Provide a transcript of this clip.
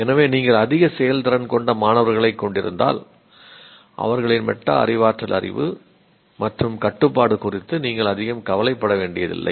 எனவே நீங்கள் அதிக செயல்திறன் கொண்ட மாணவர்களைக் கொண்டிருந்தால் அவர்களின் மெட்டா அறிவாற்றல் அறிவு மற்றும் கட்டுப்பாடு குறித்து நீங்கள் அதிகம் கவலைப்பட வேண்டியதில்லை